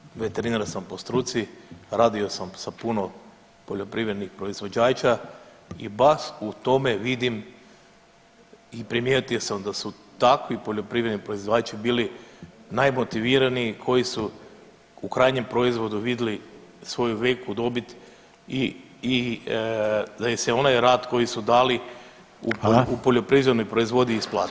Radeći u, veterinar sam po struci, radio sam sa puno poljoprivrednih proizvođača i baš u tome vidim i primijetio sam da su takvi poljoprivredni proizvođači bili najmotiviraniji koji su u krajnjem proizvodu vidjeli svoju veliku dobit i da mi se onaj rad koji su dali u poljoprivrednoj proizvodnji isplati.